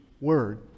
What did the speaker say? word